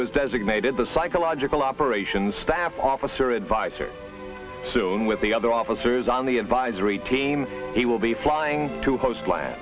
was designated the psychological operations staff officer advisor soon with the other officers on the advisory team he will be flying to post lan